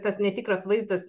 tas netikras vaizdas